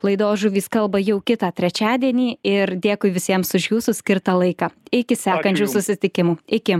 laidos žuvys kalba jau kitą trečiadienį ir dėkui visiems už jūsų skirtą laiką iki sekančių susitikimų iki